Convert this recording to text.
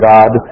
God